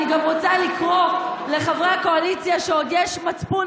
אני גם רוצה לקרוא לחברי הקואליציה שעוד יש מצפון